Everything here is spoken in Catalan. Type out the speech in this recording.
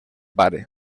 pare